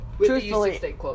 truthfully